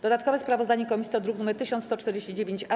Dodatkowe sprawozdanie komisji to druk nr 1149-A.